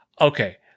okay